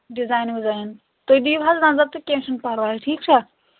design وِزایِن تُہۍ دِیِو حظ نظر تہٕ کیٚنٛہہ چھُنہٕ پَرواے ٹھیٖک چھا